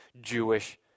Jewish